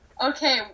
Okay